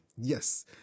yes